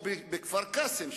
או בכפר-קאסם,